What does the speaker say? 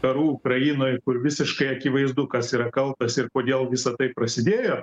karu ukrainoj kur visiškai akivaizdu kas yra kaltas ir kodėl visa tai prasidėjo